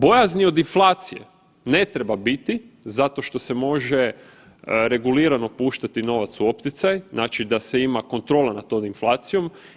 Bojazni od inflacije ne treba biti zato što se može regulirano puštati novac u opticaj, znači da se ima kontrola nad tom inflacijom.